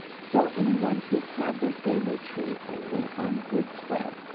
so anyone who had their family tree only on roots web.